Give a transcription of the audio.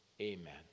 amen